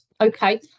okay